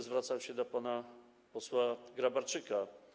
Zwracam się do pana posła Grabarczyka.